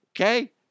Okay